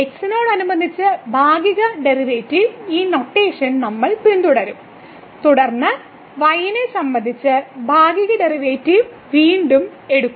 x നോടനുബന്ധിച്ച് ഭാഗിക derivative ഈ നൊട്ടേഷൻ നമ്മൾ പിന്തുടരും തുടർന്ന് y നെ സംബന്ധിച്ച് ഭാഗിക ഡെറിവേറ്റീവ് വീണ്ടും എടുക്കും